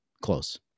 close